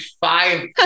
five